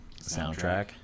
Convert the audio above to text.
soundtrack